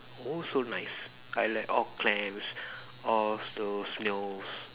also nice I like all clams all those snails